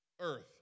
earth